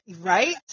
right